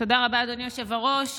תודה רבה, אדוני היושב-ראש.